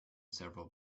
several